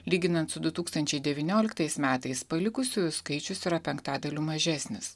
lyginant su du tūkstančiai devynioliktais metais palikusiųjų skaičius yra penktadaliu mažesnis